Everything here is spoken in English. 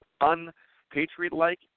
unpatriot-like